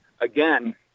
again